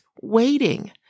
waiting